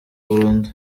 burundu